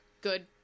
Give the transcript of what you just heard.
good